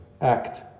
act